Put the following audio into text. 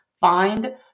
find